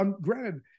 granted